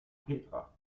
petra